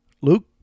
Luke